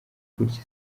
gutya